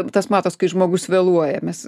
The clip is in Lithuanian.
tas matos kai žmogus vėluoja mes